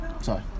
Sorry